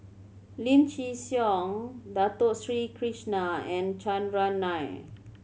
Lim Chin Siong Dato Sri Krishna and Chandran Nair